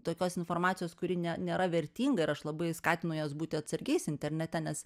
tokios informacijos kuri ne nėra vertinga ir aš labai skatinu juos būti atsargiais internete nes